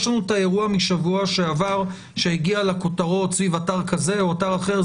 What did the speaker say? יש לנו את האירוע משבוע שעבר שהגיע לכותרות סביב אתר כזה או אתר אחר,